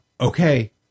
okay